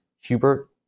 hubert